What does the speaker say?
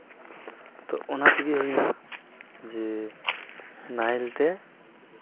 ᱛᱳ ᱚᱱᱟ ᱛᱮᱜᱮ ᱦᱩᱭᱱᱟ ᱡᱮ ᱱᱟᱦᱮᱞ ᱛᱮ